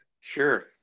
Sure